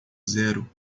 zero